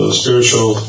spiritual